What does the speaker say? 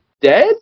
dead